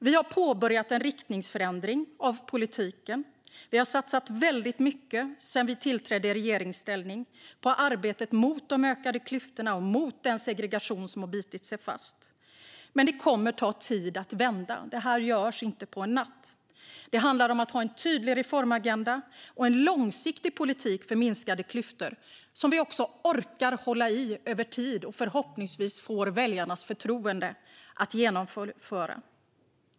Vi har påbörjat en riktningsförändring i politiken och har sedan vi kom i regeringsställning satsat väldigt mycket på arbetet mot de ökade klyftorna och mot den segregation som har bitit sig fast. Men detta kommer att ta tid att vända; detta görs inte på en natt. Det handlar om att ha en tydlig reformagenda och en långsiktig politik för minskade klyftor, som vi också orkar att hålla i över tid och förhoppningsvis får väljarnas förtroende att genomföra.